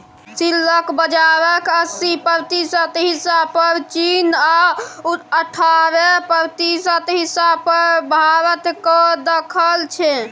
silk बजारक अस्सी प्रतिशत हिस्सा पर चीन आ अठारह प्रतिशत हिस्सा पर भारतक दखल छै